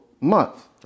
month